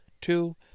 Two